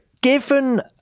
given